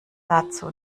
dazu